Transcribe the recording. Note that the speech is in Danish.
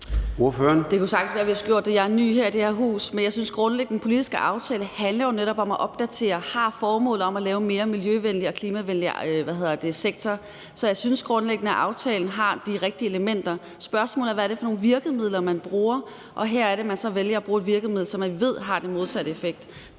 Det kan sagtens være, vi skulle have gjort det. Jeg er ny i det her hus, men jeg synes grundlæggende, at den politiske aftale netop handler om at opdatere og har formålet om at lave en mere miljøvenlig og klimavenlig sektor. Så jeg synes grundlæggende, at aftalen har de rigtige elementer. Spørgsmålet er, hvad det er for nogle virkemidler man bruger, og her er det så, at man vælger at bruge et virkemiddel, som man ved har den modsatte effekt.